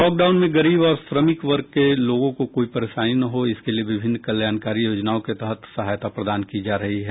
lockdown में गरीब और श्रमिक वर्ग के लोगों को कोई परेशानी न हो इसके लिए विभिन्न कल्याणकारी योजनाओं के तहत सहायता प्रदान की जा रही है